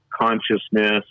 consciousness